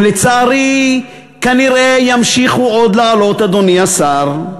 ולצערי, כנראה ימשיכו עוד לעלות, אדוני השר,